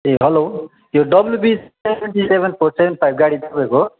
ए hello यो W B seven four seven five गाडी तपाईँको हो